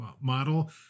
model